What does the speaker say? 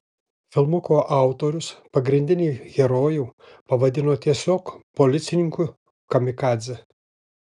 filmuko autorius pagrindinį herojų pavadino tiesiog policininku kamikadze